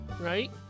Right